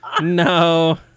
No